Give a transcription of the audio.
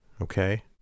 Okay